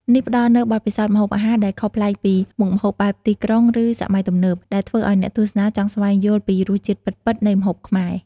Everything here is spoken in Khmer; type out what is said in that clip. នេះផ្តល់នូវបទពិសោធន៍ម្ហូបអាហារដែលខុសប្លែកពីមុខម្ហូបបែបទីក្រុង ឬសម័យទំនើប ដែលធ្វើឲ្យអ្នកទស្សនាចង់ស្វែងយល់ពីរសជាតិពិតៗនៃម្ហូបខ្មែរ។